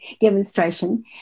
demonstration